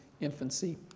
infancy